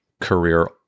career